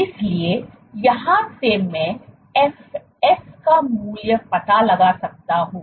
इसलिए यहां से मैं fs का मूल्य पता लगा सकता हूं